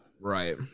right